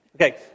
Okay